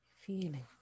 feeling